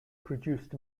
produced